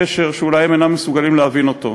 קשר שאולי הם אינם מסוגלים להבין אותו,